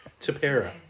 Tapera